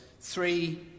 three